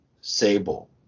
Sable